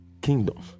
kingdom